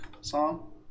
song